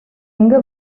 எங்க